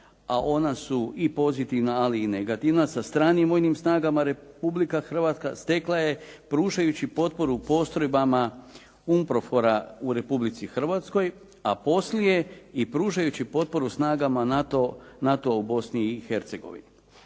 a ona su i pozitivna, ali i negativna sa stranim vojnim snagama Republika Hrvatska stekla je pružajući potporu postrojbama UMPROFOR-a u Republici Hrvatskoj, a poslije i pružajući potporu snagama NATO u Bosni i Hercegovini.